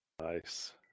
Nice